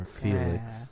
Felix